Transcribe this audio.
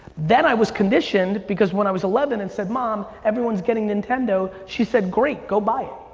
then i was conditioned because when i was eleven and said, mom, everyone is getting nintendo. she said, great, go buy it.